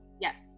Yes